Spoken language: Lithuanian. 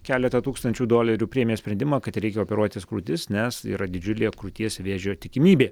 keletą tūkstančių dolerių priėmė sprendimą kad reikia operuotis krūtis nes yra didžiulė krūties vėžio tikimybė